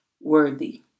worthy